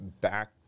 back